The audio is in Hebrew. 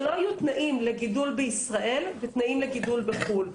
שלא יהיו תנאים לגידול בישראל כתנאים לגידול בחו"ל.